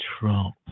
Trump